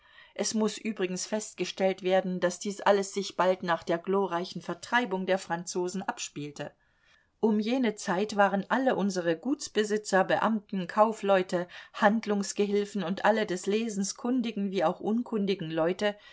es muß übrigens festgestellt werden daß dies alles sich bald nach der glorreichen vertreibung der franzosen abspielte um jene zeit waren alle unsere gutsbesitzer beamten kaufleute handlungsgehilfen und alle des lesens kundigen wie auch unkundigen leute